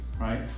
right